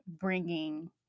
bringing